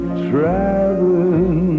traveling